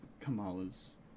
Kamala's